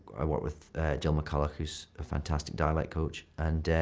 i worked with jill mccullough, who's a fantastic dialect coach. and